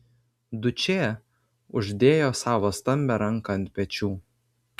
dučė uždėjo savo stambią ranką ant pečių